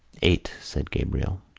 eight, said gabriel.